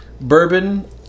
bourbon